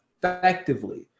effectively